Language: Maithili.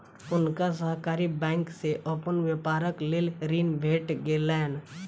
हुनका सहकारी बैंक से अपन व्यापारक लेल ऋण भेट गेलैन